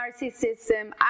narcissism